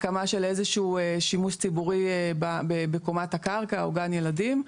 הקמה של איזה שהוא שימוש ציבורי בקומת הקרקע או גן ילדים.